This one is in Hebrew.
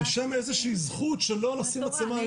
בשם איזושהי זכות שלא לשים מצלמה.